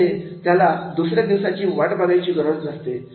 म्हणजे त्याला दुसऱ्या दिवसाची वाट बघायची गरज नसते